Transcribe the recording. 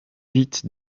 vite